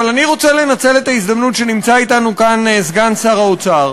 אבל אני רוצה לנצל את ההזדמנות שנמצא אתנו כאן סגן שר האוצר.